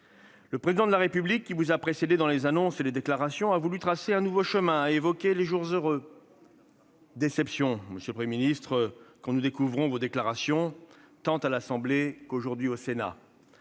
Le Président de la République, qui vous a précédé dans les annonces et les déclarations, a voulu tracer un nouveau chemin et a évoqué « les jours heureux ». Aussi, c'est une déception, monsieur le Premier ministre, quand nous découvrons vos déclarations, tant à l'Assemblée nationale que, aujourd'hui au Sénat.